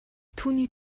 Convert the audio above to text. түүний